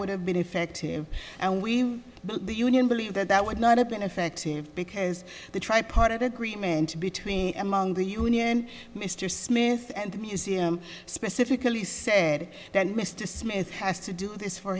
would have been effective and we the union believe that that would not have been effective because the tri part of agreement between among the union mr smith and the museum specifically said that mr smith has to do this for